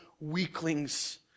weaklings